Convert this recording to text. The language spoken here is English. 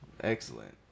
Excellent